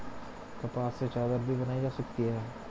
कपास से चादर भी बनाई जा सकती है